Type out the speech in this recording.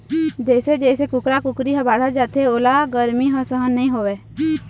जइसे जइसे कुकरा कुकरी ह बाढ़त जाथे ओला गरमी ह सहन नइ होवय